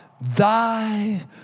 thy